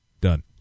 Done